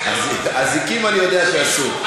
אזיקים אני יודע שאסור.